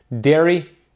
dairy